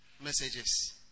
messages